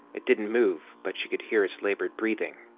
it didn't move, but she could hear its labored breathing.